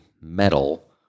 metal